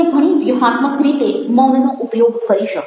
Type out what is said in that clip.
તમે ઘણી વ્યૂહાત્મક રીતે મૌનનો ઉપયોગ કરી શકો